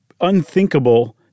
unthinkable